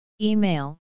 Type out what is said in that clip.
Email